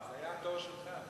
זה היה התור שלך.